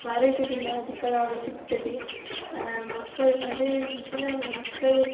ಮಾರಾಟದಿಂದ ಅಧಿಕ ಲಾಭ ಸಿಗ್ತದೆ ಮಕ್ಕಳು ಅದೇ ಈಗಿನ ಮಕ್ಕಳು